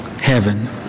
heaven